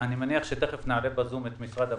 אני מניח שתכף נעלה בזום את משרד המשפטים.